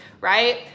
right